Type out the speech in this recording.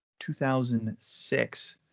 2006